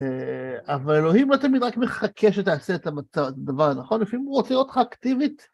אבל אלוהים, לא תמיד רק מחכה שתעשה את הדבר הנכון, לפעמים הוא רוצה לראות אותך אקטיבית.